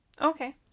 Okay